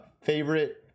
favorite